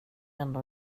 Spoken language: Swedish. ändå